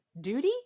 duty